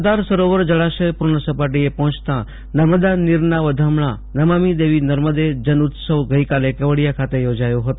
સરદાર સરોવર જળાશય પૂર્ણ સપટીએ પહોંચતા નર્મદા નીરના વધામણા નમામી દેવી નર્મદે જન ઉત્સવ ગઈકાલે કેવડિયા ખાતે યોજાયો હતો